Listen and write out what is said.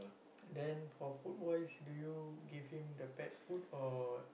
then for food wise do you give him the pet food or